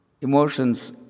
Emotions